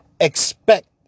expect